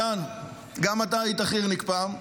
מתן, גם אתה היית חי"רניק פעם,